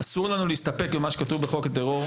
אסור לנו להסתפק במה שכתוב בחוק הטרור.